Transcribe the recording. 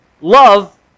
Love